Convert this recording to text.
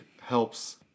helps